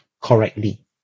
correctly